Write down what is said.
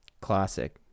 classic